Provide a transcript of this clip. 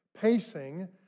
pacing